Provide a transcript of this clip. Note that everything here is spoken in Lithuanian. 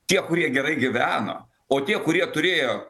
tie kurie gerai gyveno o tie kurie turėjo